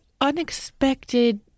unexpected